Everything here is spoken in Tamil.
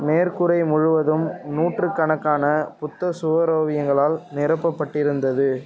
மேற்கூரை முழுவதும் நூற்றுக்கணக்கான புத்த சுவரோவியங்களால் நிரப்பப்பட்டிருந்தது